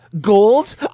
gold